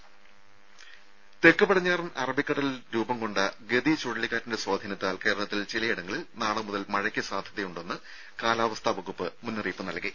രുര തെക്ക് പടിഞ്ഞാറൻ അറബിക്കടലിൽ രൂപം കൊണ്ട ഗതി ചുഴലിക്കാറ്റിന്റെ സ്വാധീനത്താൽ കേരളത്തിൽ ചിലയിടങ്ങളിൽ നാളെ മുതൽ മഴയ്ക്ക് സാധ്യതയുണ്ടെന്ന് കാലാവസ്ഥാ വകുപ്പ് മുന്നറിയിപ്പ് നൽകി